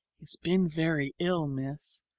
he's been very ill, miss.